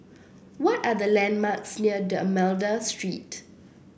what are the landmarks near D'Almeida Street